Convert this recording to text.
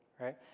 right